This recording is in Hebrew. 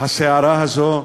הסערה הזאת,